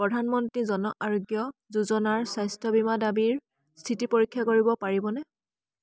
প্ৰধানমন্ত্ৰী জন আৰোগ্য যোজনাৰ স্বাস্থ্য বীমা দাবীৰ স্থিতি পৰীক্ষা কৰিব পাৰিবনে